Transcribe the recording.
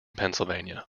pennsylvania